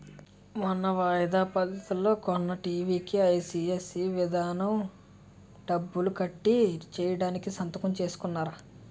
మొన్న వాయిదా పద్ధతిలో కొన్న టీ.వి కీ ఈ.సి.ఎస్ విధానం డబ్బులు కట్ చేయడానికి సంతకం తీసుకున్నారు